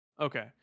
Okay